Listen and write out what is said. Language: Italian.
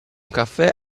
caffè